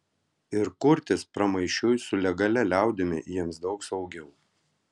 ir kurtis pramaišiui su legalia liaudimi jiems daug saugiau